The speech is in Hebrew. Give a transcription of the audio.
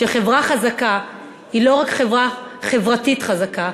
שחברה חזקה היא לא רק חברה חברתית חזקה,